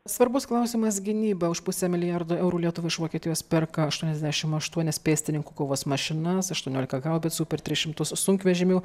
svarbus klausimas gynyba už pusę milijardo eurų lietuva iš vokietijos perka aštuoniasdešimt aštuonias pėstininkų kovos mašinas aštuoniolika haubicų per tris šimtus sunkvežimių